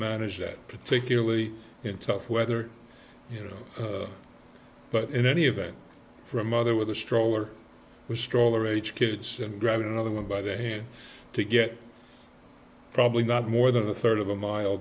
manage that particularly in tough weather you know but in any event for a mother with a stroller with stroller h kids and grabbing another one by the hand to get probably not more than a third of a mile